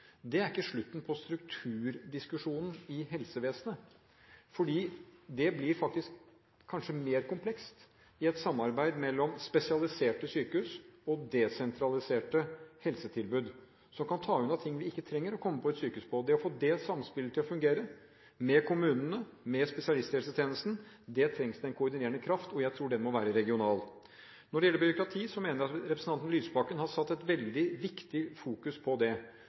sykehus, er ikke slutten på strukturdiskusjonen i helsevesenet. For det blir faktisk kanskje mer komplekst i et samarbeid mellom spesialiserte sykehus og desentraliserte helsetilbud – som kan ta unna ting vi ikke trenger å komme på et sykehus for. For å få det samspillet til å fungere – med kommunene, med spesialisthelsetjenesten – trengs det en koordinerende kraft, og jeg tror den må være regional. Når det gjelder byråkrati, mener jeg at representanten Lysbakken har satt et veldig viktig fokus på det,